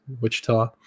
wichita